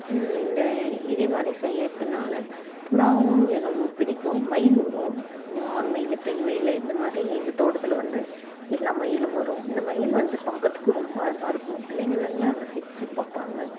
இந்த இதே மாதிரி செய்கிறதுனால புறாவும் ரொம்ப பிடிக்கும் மயில் வரும் ஆண் மயில் பெண் மயில் இது மாதிரி எங்கள் தோட்டத்தில் வந்து எல்லா மயிலும் வரும் இந்த மயில் வந்து பார்க்குறதுக்கு ரொம்ப அழகாக இருக்கும் பிள்ளைங்களெல்லாம் ரசித்து பார்ப்பாங்க